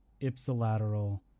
ipsilateral